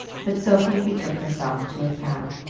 but sophie betook herself to a cab.